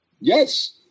Yes